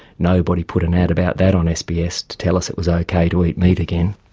nobody put an ad about that on sbs to tell us it was ok to eat meat again.